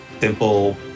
simple